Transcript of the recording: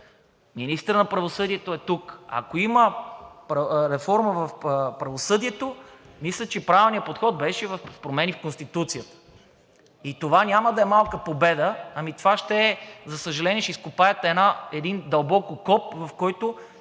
Министърът на правосъдието е тук. Ако има реформа в правосъдието, мисля, че правилният подход беше промени в Конституцията. Това няма да е малка победа, това ще е, за съжаление, ще изкопаете един дълбок окоп, в който